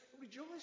Rejoice